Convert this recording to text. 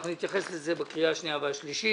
אנחנו נתייחס לזה בקריאה השנייה והשלישית.